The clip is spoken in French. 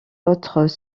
autres